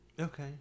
Okay